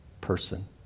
person